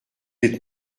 êtes